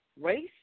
race